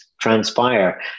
transpire